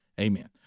Amen